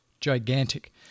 gigantic